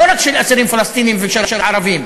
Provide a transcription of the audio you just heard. לא רק של אסירים פלסטינים ושל ערבים,